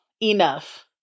enough